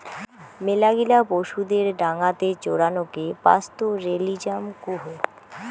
মেলাগিলা পশুদের ডাঙাতে চরানকে পাস্তোরেলিজম কুহ